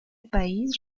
país